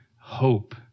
hope